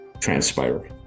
transpire